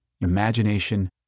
imagination